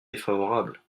défavorable